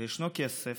ישנו כסף,